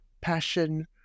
passion